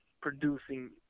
producing